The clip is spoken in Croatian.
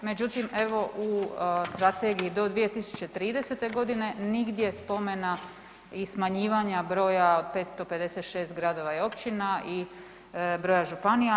Međutim, evo u strategiji do 2030.g. nigdje spomena i smanjivanja broja od 556 gradova i općina i broja županija.